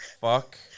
fuck